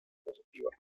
positiva